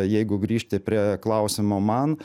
jeigu grįžti prie klausimo man